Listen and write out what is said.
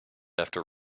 after